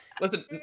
Listen